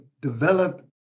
develop